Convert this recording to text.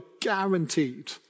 guaranteed